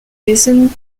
liaison